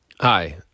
Hi